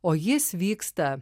o jis vyksta